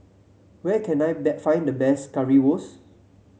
where can I find the best Currywurst